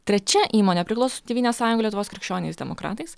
trečia įmonė priklauso su tėvynės sąjunga lietuvos krikščioniais demokratais